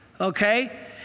okay